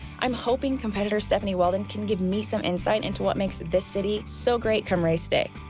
i'm hoping competitor stephanie weldon can give me some insight into what makes this city so great from race day.